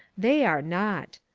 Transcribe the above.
they are not.